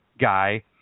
guy